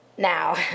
Now